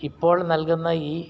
ഇപ്പോൾ നൽകുന്ന ഈ